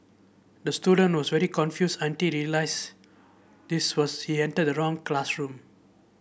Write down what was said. the student was very confused until he realised this was he entered the wrong classroom